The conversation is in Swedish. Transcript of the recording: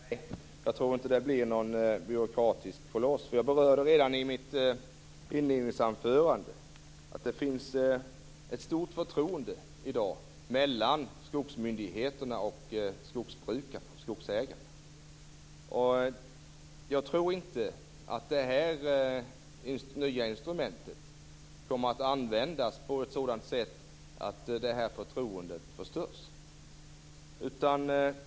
Herr talman! Nej, jag tror inte att det blir någon byråkratisk koloss. Jag berörde redan i mitt inledningsanförande att det i dag finns ett stort förtroende mellan skogsmyndigheterna och skogsägarna. Jag tror inte att det här nya instrumentet kommer att användas på ett sådant sätt att detta förtroende förstörs.